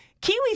Kiwi